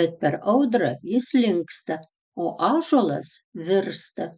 bet per audrą jis linksta o ąžuolas virsta